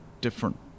different